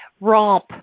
romp